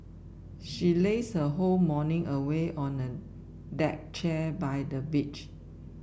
she lazed her whole morning away on a deck chair by the beach